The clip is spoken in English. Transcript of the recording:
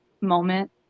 moment